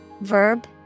verb